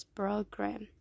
program